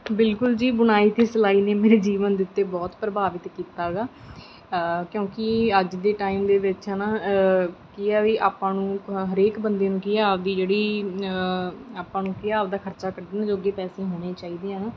ਬਿਲਕੁਲ ਜੀ ਬੁਣਾਈ ਅਤੇ ਸਿਲਾਈ ਨੇ ਮੇਰੇ ਜੀਵਨ ਦੇ ਉੱਤੇ ਬਹੁਤ ਪ੍ਰਭਾਵਿਤ ਕੀਤਾ ਗਾ ਕਿਉਂਕਿ ਅੱਜ ਦੇ ਟਾਈਮ ਦੇ ਵਿੱਚ ਹੈ ਨਾ ਕਿ ਆ ਵੀ ਆਪਾਂ ਨੂੰ ਖ ਹਰੇਕ ਬੰਦੇ ਨੂੰ ਕੀ ਆ ਆਪਣੀ ਜਿਹੜੀ ਆਪਾਂ ਨੂੰ ਕੀ ਆ ਆਪਣਾ ਖਰਚਾ ਕੱਢਣ ਜੋਗੇ ਪੈਸੇ ਹੋਣੇ ਚਾਹੀਦੇ ਆ ਨਾ